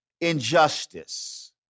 injustice